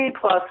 plus